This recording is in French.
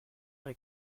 est